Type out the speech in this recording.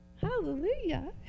hallelujah